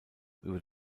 über